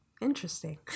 Interesting